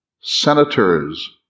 senators